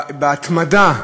בהתמדה,